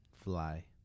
Fly